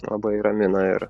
labai ramina ir